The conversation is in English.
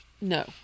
no